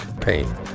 pain